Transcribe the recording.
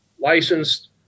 licensed